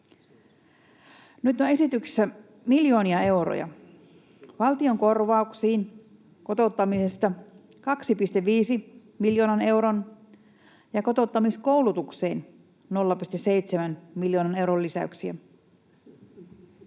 Nyt on esityksessä miljoonia euroja: valtion korvauksiin kotouttamisesta 2,5 miljoonan euron ja kotouttamiskoulutukseen 0,7 miljoonan euron lisäyksiä.